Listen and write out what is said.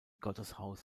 gotteshaus